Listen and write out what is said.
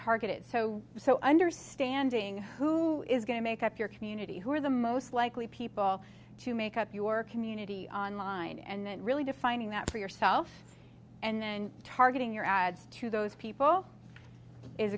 targeted so so understanding who is going to make up your community who are the most likely people to make up your community online and then really defining that for yourself and then targeting your ads to those people is